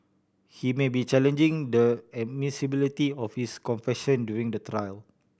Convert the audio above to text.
he may be challenging the admissibility of his confession during the trial